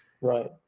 Right